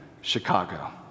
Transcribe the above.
Chicago